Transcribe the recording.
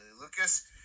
Lucas